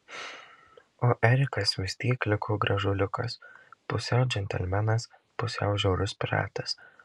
o erikas vis tiek liko gražuoliukas pusiau džentelmenas pusiau žiaurus piratas